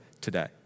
today